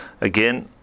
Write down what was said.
again